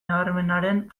nabarmenaren